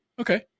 okay